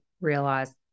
realize